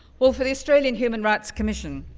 well for the australian human rights commission,